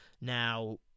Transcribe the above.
Now